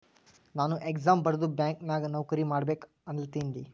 ನಾನು ಎಕ್ಸಾಮ್ ಬರ್ದು ಬ್ಯಾಂಕ್ ನಾಗ್ ನೌಕರಿ ಮಾಡ್ಬೇಕ ಅನ್ಲತಿನ